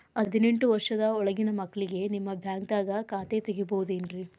ಹದಿನೆಂಟು ವರ್ಷದ ಒಳಗಿನ ಮಕ್ಳಿಗೆ ನಿಮ್ಮ ಬ್ಯಾಂಕ್ದಾಗ ಖಾತೆ ತೆಗಿಬಹುದೆನ್ರಿ?